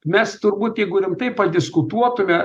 mes turbūt jeigu rimtai padiskutuotume